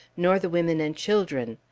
nor the women and children.